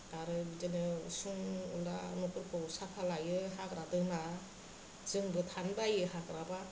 आरो बिदिनो उसुं उला न'फोरखौ साफा लायो हाग्रा दोना जोंबो थानो बायो हाग्राबा